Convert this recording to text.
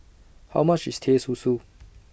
How much IS Teh Susu